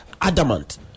adamant